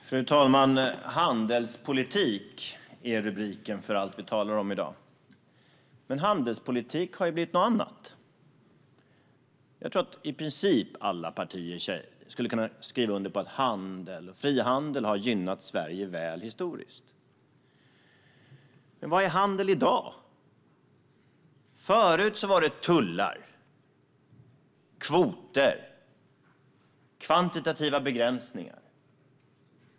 Fru talman! Handelspolitik är rubriken för det vi talar om i dag. Men handelspolitik har blivit något annat. Jag tror att i princip alla partier skulle kunna skriva under på att handel och frihandel har gynnat Sverige historiskt. Men vad är handel i dag? Förut var det tullar, kvoter och kvantitativa begränsningar.